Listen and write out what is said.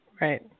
Right